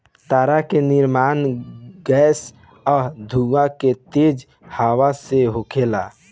तारा के निर्माण गैस आ धूल के तेज हवा से होखेला